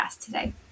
today